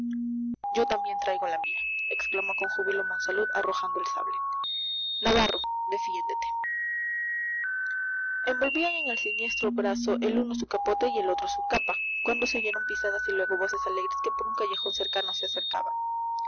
yo también traigo la mía exclamó con júbilo monsalud arrojando el sable navarro defiéndete envolvían en el siniestro brazo el uno su capote y el otro su capa cuando se oyeron pisadas y luego voces alegres que por un callejón cercano se acercaban